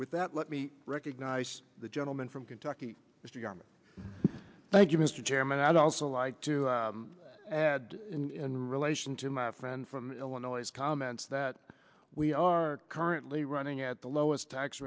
with that let me recognize the gentleman from kentucky mister thank you mr chairman i'd also like to add in relation to my friend from illinois comments that we are currently running at the lowest tax